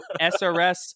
SRS